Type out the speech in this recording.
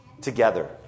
together